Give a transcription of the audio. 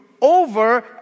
over